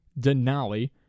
Denali